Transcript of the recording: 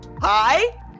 Hi